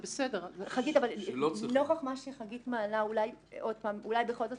אבל נוכח מה שחגית מעלה אולי בכל זאת